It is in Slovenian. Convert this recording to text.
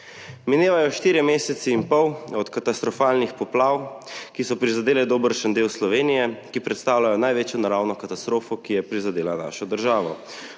Minevajo štirje meseci in pol od katastrofalnih poplav, ki so prizadele dobršen del Slovenije, ki predstavljajo največjo naravno katastrofo, ki je prizadela našo državo.